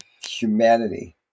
humanity